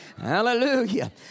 Hallelujah